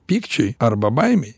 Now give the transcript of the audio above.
pykčiui arba baimei